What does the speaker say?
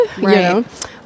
right